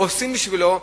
עושים בשבילו,